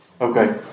Okay